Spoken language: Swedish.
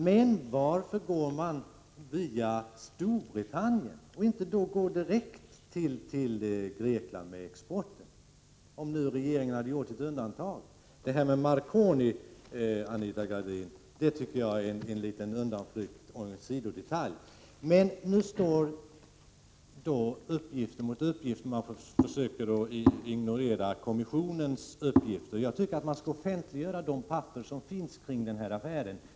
Men varför gick man via Storbritannien med den här exporten och inte direkt till Grekland, om nu regeringen hade gjort ett undantag? Passusen i svaret om Marconi tycker jag är en liten undanflykt och en sidodetalj. Nu står alltså uppgift mot uppgift, och man försöker ignorera medborgarkommissionens uppgifter. Jag tycker att man skall offentliggöra de papper som finns kring den här affären.